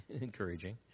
encouraging